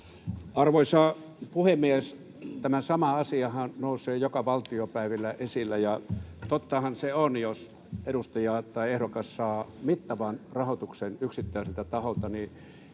Arvoisa puhemies! Tämä sama asiahan nousee joka valtiopäivillä esille, ja tottahan se on, että jos ehdokas saa mittavan rahoituksen yksittäiseltä taholta,